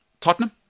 Tottenham